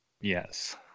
Yes